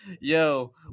yo